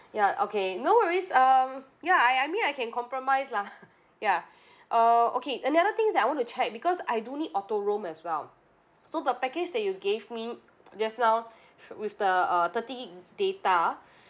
ya okay no worries um ya I I mean I can compromise lah ya uh okay another things that I want to check because I do need auto roam as well so the package that you gave me just now with the uh thirty gig data